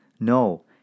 No